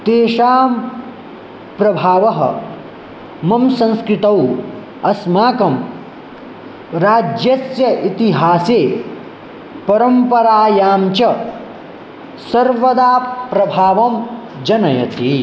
तेषां प्रभावः मम संस्कृतौ अस्माकं राज्यस्य इतिहासे परम्परायां च सर्वदा प्रभावं जनयति